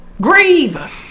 grieve